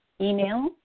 email